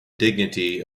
dignity